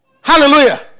hallelujah